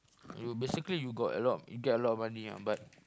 you basically you got a lot you get a lot of money ah but